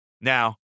Now